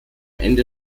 ende